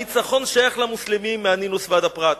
הניצחון שייך למוסלמים, מהנילוס עד הפרת".